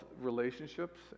relationships